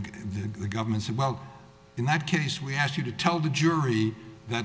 good government said well in that case we asked you to tell the jury that